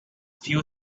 few